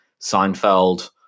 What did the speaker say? Seinfeld